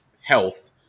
health